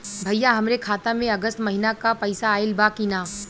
भईया हमरे खाता में अगस्त महीना क पैसा आईल बा की ना?